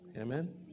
Amen